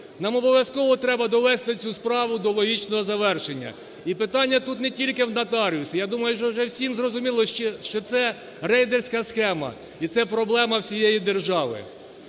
Нам обов'язково треба довести цю справу до логічного завершення, і питання тут не тільки в нотаріусі. Я думаю, що всім зрозуміло, що це рейдерська схема і це проблема всієї держави.